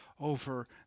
over